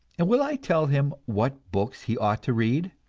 and will i tell him what books he ought to read?